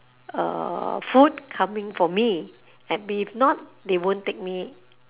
uh food coming for me and if not they won't take me